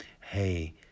hey